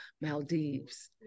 Maldives